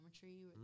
geometry